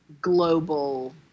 global